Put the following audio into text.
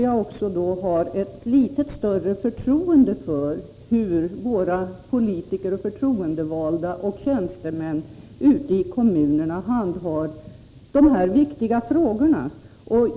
Jag har kanske ett litet större förtroende för hur våra förtroendevalda och tjänstemän ute i kommunerna handhar dessa viktiga frågor.